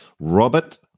Robert